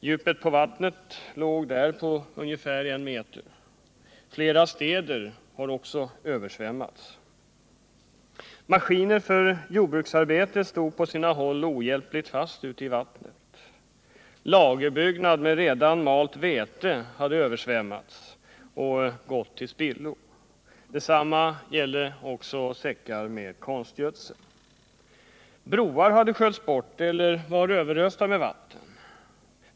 Djupet på vattnet var ungefär en meter. Också flera städer har översvämmats. Maskiner för jordbruksarbete stod på sina håll ohjälpligt fast ute i vattnet. Lagerbyggnader med redan malt vete hade översvämmats, så att detta gått till spillo. Detsamma gällde också säckar med konstgödsel. Broar hade sköljts bort eller var överösta med vatten.